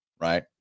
right